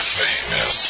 famous